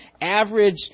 average